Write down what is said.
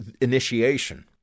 initiation